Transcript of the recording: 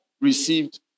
received